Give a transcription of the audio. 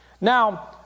Now